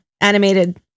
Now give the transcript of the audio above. animated